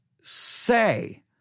say